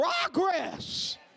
progress